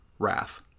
Wrath